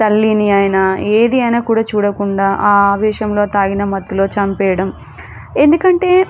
తల్లిని అయినా ఏది అయినా కూడా చూడకుండా ఆ ఆవేశంలో తాగిన మత్తులో చంపేయడం ఎందుకంటే